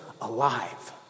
alive